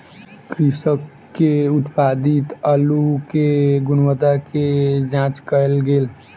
कृषक के उत्पादित अल्लु के गुणवत्ता के जांच कएल गेल